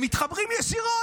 הם מתחברים ישירות,